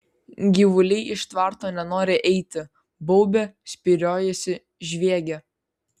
gyvuliai iš tvarto nenori eiti baubia spyriojasi žviegia